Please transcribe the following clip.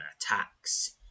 attacks